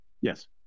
Yes